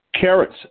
Carrots